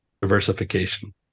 diversification